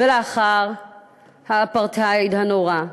ולאחר האפרטהייד הנורא.